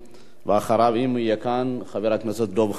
ואחריו, אם יהיה כאן, חבר הכנסת דב חנין,